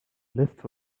lift